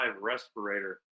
respirator